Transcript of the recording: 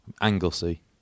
Anglesey